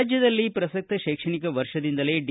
ರಾಜ್ಯದಲ್ಲಿ ಪ್ರಸಕ್ತ ಶೈಕ್ಷಣಿಕ ವರ್ಷದಿಂದಲೇ ಡಿ